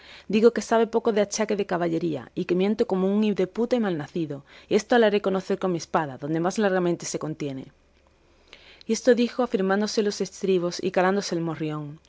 digo que sabe poco de achaque de caballería y que miente como un hideputa y mal nacido y esto le haré conocer con mi espada donde más largamente se contiene y esto dijo afirmándose en los estribos y calándose el morrión